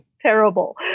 terrible